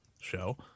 show